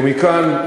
ומכאן,